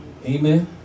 Amen